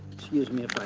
excuse me if i